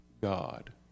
God